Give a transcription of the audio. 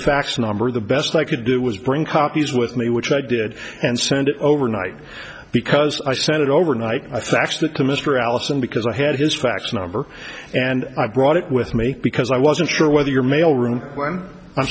fax number the best i could do was bring copies with me which i did and send it overnight because i sent it overnight thanks to mr allison because i had his fax number and i brought it with me because i wasn't sure whether your mail room